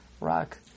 rock